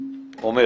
עומר